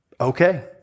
Okay